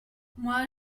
moi